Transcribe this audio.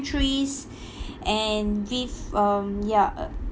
and with um ya uh